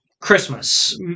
Christmas